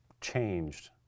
changed